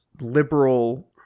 liberal